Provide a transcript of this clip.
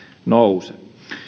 nouse